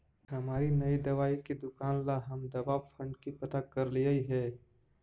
हमारी नई दवाई की दुकान ला हम दवा फण्ड का पता करलियई हे